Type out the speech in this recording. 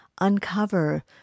uncover